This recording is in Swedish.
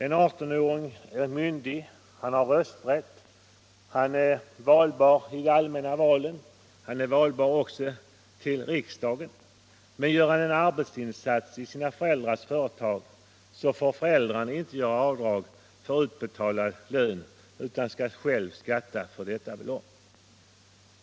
En 18-åring är myndig, har rösträtt och är valbar i de allmänna valen, också till riksdagen, men gör han en arbetsinsats i sina föräldrars företag, så får föräldrarna inte göra avdrag för utbetalad lön utan skall själva skatta för detta belopp.